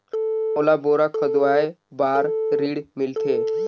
मोला बोरा खोदवाय बार ऋण मिलथे?